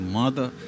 mother